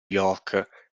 york